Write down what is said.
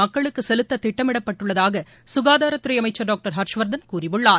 மக்களுக்கு செலுத்த திட்டமிடப்பட்டுள்ளதாக சுகாதாரத்துறை அமைச்சர் டாக்டர் ஹர்ஷ்வரதன் கூறியுள்ளார்